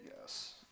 Yes